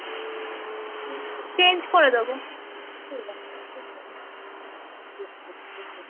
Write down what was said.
change করে দেবো